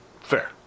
Fair